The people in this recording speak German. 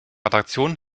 attraktion